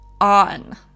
on